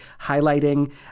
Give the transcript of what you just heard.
highlighting